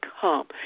come